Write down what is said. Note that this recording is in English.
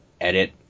edit